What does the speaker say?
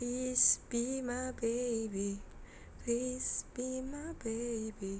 please be my baby please be my baby